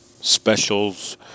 specials